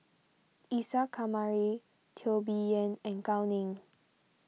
Isa Kamari Teo Bee Yen and Gao Ning